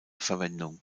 verwendung